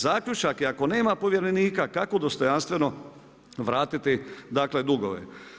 Zaključak je ako nema povjerenika, kako dostojanstveno vratiti dugove.